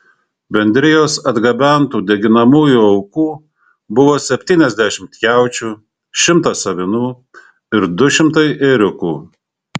bendrijos atgabentų deginamųjų aukų buvo septyniasdešimt jaučių šimtas avinų ir du šimtai ėriukų